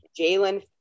Jalen